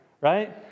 right